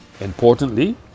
Importantly